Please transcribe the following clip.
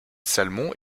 salmon